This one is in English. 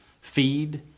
feed